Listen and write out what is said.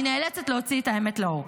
אני נאלצת להוציא את האמת לאור.